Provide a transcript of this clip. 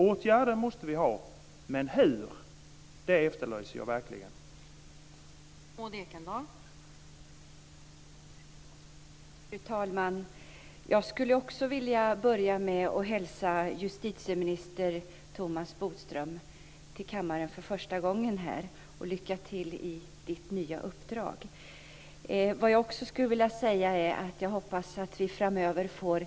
Åtgärder måste vi ha, men jag efterlyser verkligen hur de ska vidtas.